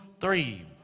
three